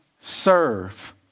serve